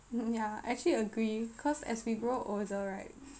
ya I actually agree cause as we grow older right